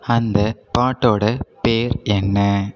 அந்த பாட்டோட பேர் என்ன